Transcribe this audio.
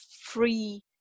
free